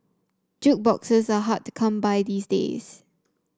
jukeboxes are hard to come by these days